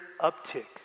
uptick